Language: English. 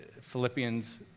Philippians